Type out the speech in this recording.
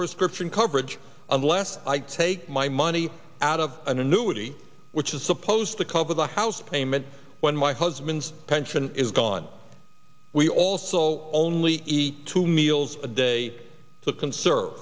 prescription coverage unless i take my money out of an annuity which is supposed to cover the house payment when my husband's pension is gone we also only eat two meals a day to conserve